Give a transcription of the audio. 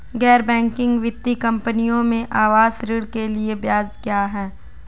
गैर बैंकिंग वित्तीय कंपनियों में आवास ऋण के लिए ब्याज क्या है?